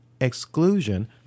exclusion